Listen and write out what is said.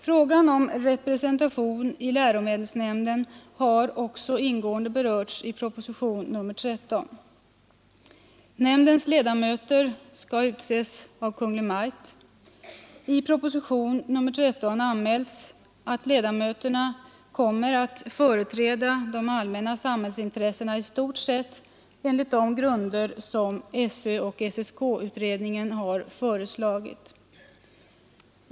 Frågan om representation i läromedelsnämnden har också ingående berörts i propositionen 13. Nämndens ledamöter skall utses av Kungl Maj:t. I propositionen 13 anmäls att ledamöterna kommer att företräda de allmänna samhällsintressena i stort sett enligt de grunder som skolöverstyrelsen och SSK-utredningen har föreslagit.